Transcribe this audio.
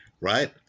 right